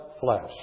flesh